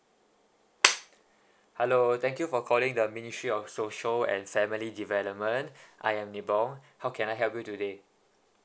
hello thank you for calling the ministry of social and family development I'm nibal how can I help you today